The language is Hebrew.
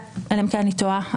אלא אם כן אני טועה,